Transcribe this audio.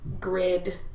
grid